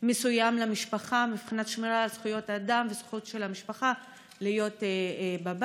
מסוים למשפחה מבחינת שמירה על זכויות אדם וזכות של המשפחה להיות בבית,